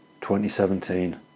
2017